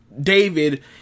David